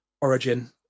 origin